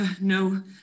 No